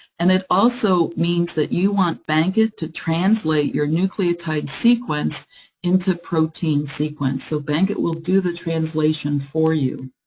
and it also means that you want bankit to translate your nucleotide sequence into protein sequence. so bankit will do the translation for you.